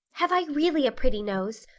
have i really a pretty nose?